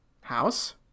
house